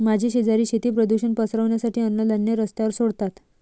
माझे शेजारी शेती प्रदूषण पसरवण्यासाठी अन्नधान्य रस्त्यावर सोडतात